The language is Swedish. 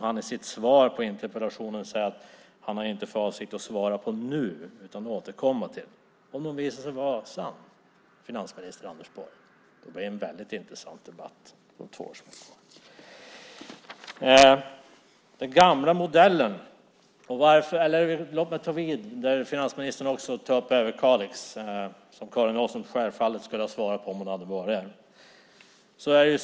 Han säger i sitt svar att han inte har för avsikt att nu svara på det, utan det återkommer han till. Om det visar sig vara sant, finansminister Anders Borg, blir det en väldigt intressant debatt de två år som är kvar. Låt mig ta vid där finansministern tar upp Överkalix. Det skulle Karin Åström självfallet ha svarat på om hon hade varit här.